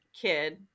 kid